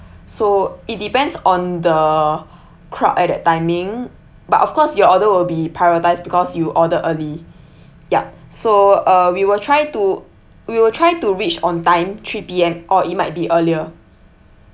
so it depends on the crowd at that timing but of course your order will be prioritise because you ordered early yup so uh we will try to we will try to reach on time three P_M or it might be earlier